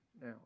now